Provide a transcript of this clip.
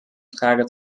frage